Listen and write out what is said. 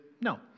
no